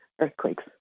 earthquakes